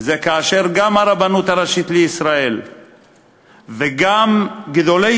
וזה כאשר גם הרבנות הראשית לישראל וגם גדולי